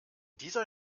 dieser